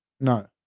No